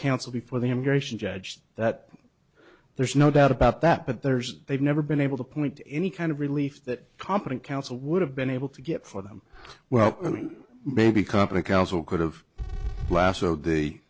counsel before the immigration judge that there's no doubt about that but there's they've never been able to point to any kind of relief that competent counsel would have been able to get for them welcoming maybe company counsel could have lasso the